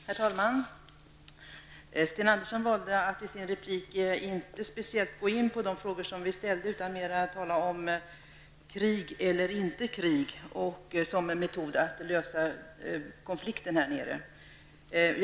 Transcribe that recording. Herr talman! Sten Andersson valde att i sin replik inte speciellt gå in på de frågor vi ställt utan talade mer om krig eller inte krig som metod att lösa konflikter vid Persiska viken.